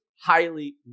highly